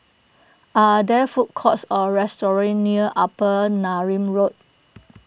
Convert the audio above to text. are there food courts or restaurants near Upper Neram Road